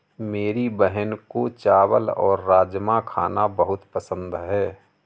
मेरी बहन को चावल और राजमा खाना बहुत पसंद है